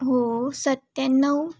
हो सत्याण्णव